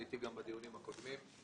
הייתי גם בדיונים הקודמים.